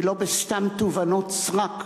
ולא בסתם תובענות סרק.